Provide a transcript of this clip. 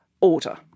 order